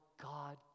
God